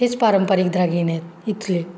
हेच पारंपरिक दागिने आहेत इथले